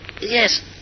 Yes